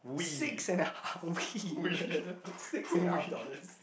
six and a half we will have a six and half dollars